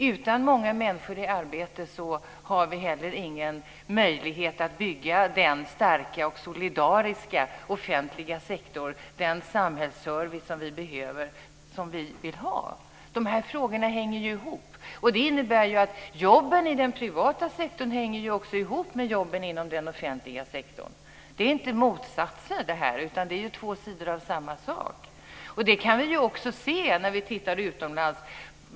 Utan många människor i arbete har vi heller ingen möjlighet att bygga den starka och solidariska offentliga sektor som vi vill ha och den samhällsservice som vi behöver. Dessa frågor hänger ihop. Det innebär att jobben i den privata sektorn hänger ihop med jobben inom den offentliga sektorn. Det är inte motsatser, utan det är två sidor av samma sak. Vi kan se hur det ser ut utomlands.